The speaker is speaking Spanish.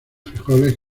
frijoles